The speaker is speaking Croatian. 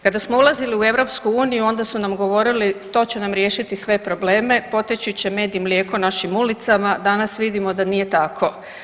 Kada smo ulazili u EU onda su nam govorili to će nam riješiti sve probleme, poteći će med i mlijeko našim ulicama, danas vidimo da nije tako.